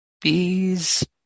bees